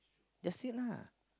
that's it lah